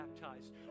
baptized